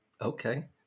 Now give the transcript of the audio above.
Okay